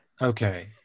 Okay